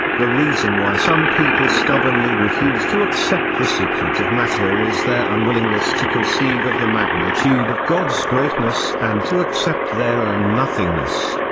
the reason why some people stubbornly refuse to accept the secret of matter is their unwillingness to conceive of the magnitude of god's greatness and to accept their own nothingness.